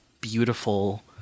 beautiful